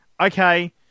okay